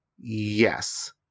Yes